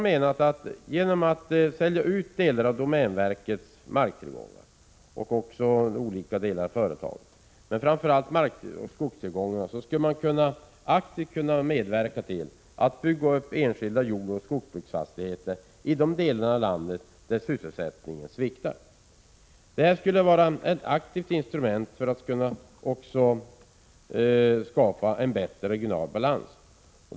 Genom att sälja ut framför allt delar av domänverkets markoch skogstillgångar och även delar av företag, skulle man aktivt kunna medverka till att bygga upp enskilda jordbruksoch skogsfastigheter i de delar av landet där sysselsättningen sviktar. Detta skulle vara ett aktivt instrument för att skapa en bättre regional balans.